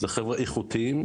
זה חבר'ה איכותיים.